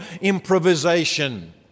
improvisation